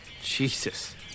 Jesus